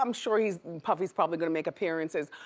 i'm sure yeah puffy's probably gonna make appearances.